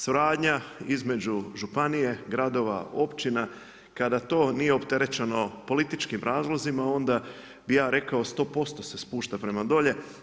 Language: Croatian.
Suradnja između županije, gradova, općina kada to nije opterećeno političkim razlozima onda bih ja rekao 100% se spušta prema dolje.